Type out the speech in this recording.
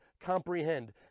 comprehend